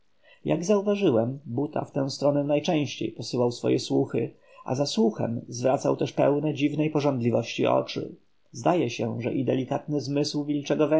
jak zauważyłem buta w tę stronę najczęściej posyłał swoje słuchy a za słuchem zwracał też pełne dziwnej pożądliwości oczy zdaje się że i delikatny zmysł wilczego